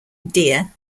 deer